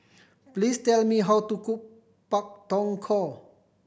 please tell me how to cook Pak Thong Ko